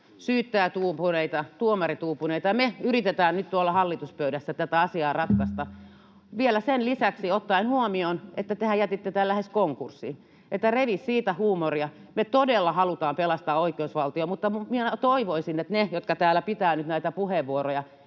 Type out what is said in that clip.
syyttäjät uupuneita, tuomarit uupuneita. Ja me yritetään nyt tuolla hallituspöydässä tätä asiaa ratkaista ottaen huomioon sen lisäksi vielä, että tehän jätitte tämän lähes konkurssiin, niin että revi siitä huumoria. Me todella halutaan pelastaa oikeusvaltio, mutta minä toivoisin, että ne, jotka täällä pitävät nyt näitä puheenvuoroja,